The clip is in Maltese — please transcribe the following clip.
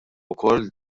ukoll